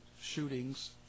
Shootings